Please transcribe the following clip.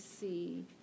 see